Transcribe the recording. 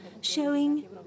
showing